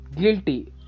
guilty